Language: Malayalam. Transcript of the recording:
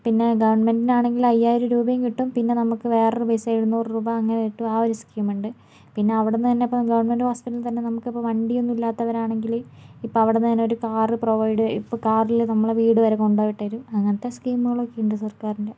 പിന്നെ ഗവൺമെൻ്റിലാണെങ്കിൽ അയ്യായിരം രൂപയും കിട്ടും പിന്നെ നമുക്ക് വേറൊരു പൈസ എഴുനൂറ് രൂപ അങ്ങനെ കിട്ടും ആ ഒരു സ്കീം ഉണ്ട് പിന്നെ അവിടന്നുതന്നെ ഇപ്പോൾ ഗവൺമെൻ്റ് ഹോസ്പിറ്റലിൽ തന്നെ നമുക്ക് ഇപ്പോൾ വണ്ടി ഒന്നും ഇല്ലാത്തവരാണെങ്കിൽ ഇപ്പോൾ അവിടന്നുതന്നെ ഒരു കാർ പ്രൊവൈഡ് ഇപ്പോൾ കാറിൽ നമ്മളെ വീട് വരെ കൊണ്ട് വിട്ട് തരും അങ്ങനത്തെ സ്കീമുകളൊക്കെ ഉണ്ട് സർക്കാരിൻ്റെ